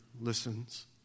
listens